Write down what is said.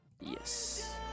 Yes